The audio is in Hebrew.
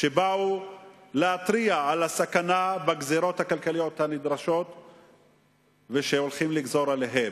שבאו להתריע על הסכנה בגזירות הכלכליות הנדרשות שהולכים לגזור עליהם.